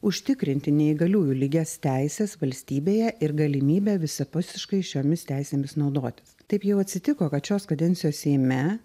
užtikrinti neįgaliųjų lygias teises valstybėje ir galimybę visapusiškai šiomis teisėmis naudotis taip jau atsitiko kad šios kadencijos seime